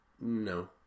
No